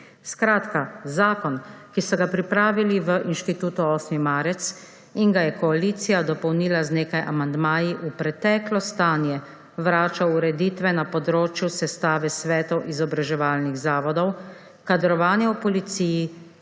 Skratka, zakon, ki so ga pripravili v Inštitutu 8. marec in ga je koalicija dopolnila z nekaj amandmaji v preteklo stanje vrača ureditve na področju sestave svetov izobraževalnih zavodov, kadrovanja v policiji